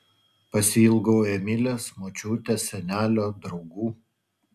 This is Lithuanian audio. pasiilgau emilės močiutės senelio draugų